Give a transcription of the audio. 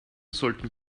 sollten